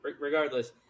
regardless